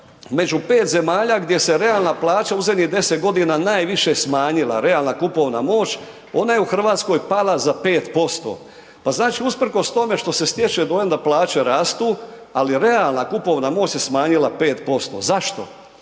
među 5 zemalja gdje se realna plaća u zadnjih 10 g. najviše smanjila, realna kupovna moć, ona je u Hrvatskoj pala za 5%. Pa znači usprkos tome što se stječe dojam da plaće rastu, ali realna kupovna moć se smanjila 5%, zašto?